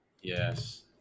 yes